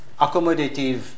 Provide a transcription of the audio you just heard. accommodative